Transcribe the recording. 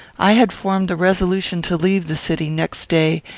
i had formed the resolution to leave the city next day,